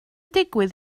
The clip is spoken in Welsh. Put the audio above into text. digwydd